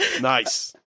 Nice